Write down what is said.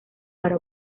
para